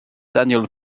daniel